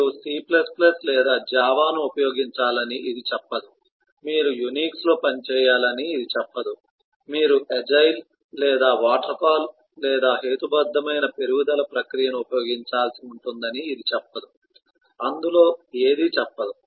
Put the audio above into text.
మీరు C లేదా Java ను ఉపయోగించాలని ఇది చెప్పదు మీరు Unix లో పనిచేయాలని ఇది చెప్పదు మీరు ఎజైల్ లేదా వాటర్ఫాల్ లేదా హేతుబద్ధమైన పెరుగుదల ప్రక్రియను ఉపయోగించాల్సి ఉంటుందని ఇది చెప్పదు అందులో ఏదీ చెప్పదు